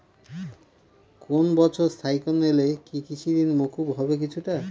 কোনো বছর সাইক্লোন এলে কি কৃষি ঋণ মকুব হবে কিছুটা?